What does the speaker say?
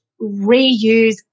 reuse